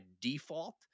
default